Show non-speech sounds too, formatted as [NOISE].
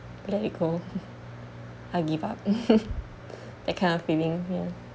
let it go [LAUGHS] I give up [LAUGHS] that kind of feeling ya